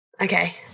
Okay